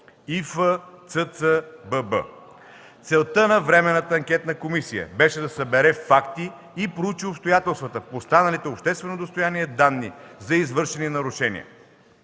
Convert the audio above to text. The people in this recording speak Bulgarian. „Б.Б”. Целта на Временната анкетна комисията беше да събере факти и проучи обстоятелствата по станалите обществено достояние данни за извършени нарушения.